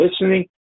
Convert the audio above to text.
listening